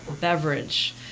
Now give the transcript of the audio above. beverage